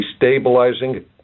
destabilizing